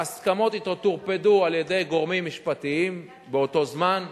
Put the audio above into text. ההסכמות שלו טורפדו על-ידי גורמים משפטיים באותו זמן.